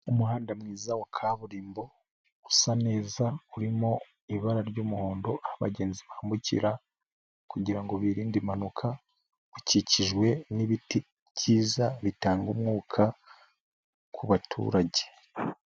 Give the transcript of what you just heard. Umuhanda mwiza wa kaburimbo usa neza, urimo ibara ry'umuhondo aho abagenzi bambukira kugira ngo birinde impanuka, ukikijwe nibiti byiza bitanga umwuka ku baturage.